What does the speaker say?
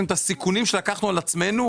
מי נמנע?